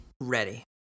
Ready